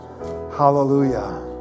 hallelujah